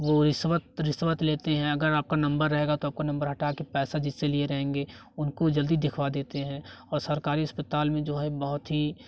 तो इस वक्त रिश्वत लेते हैं अगर आपका नंबर रहेगा तो आपका नंबर हटाके पैसा जिससे लिए रहेंगे उनको जल्दी दिखवा देते हैं और सरकारी अस्पताल में जो है बहुत ही